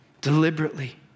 deliberately